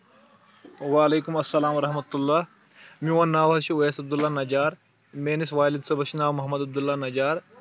وعلیکُم السلام ورحمة الله میون ناو حظ چھُ اُویس عبداللہ نجار میٲنِس والِد صٲبس چھُ ناو محمد عبداللہ نجار